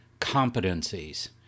competencies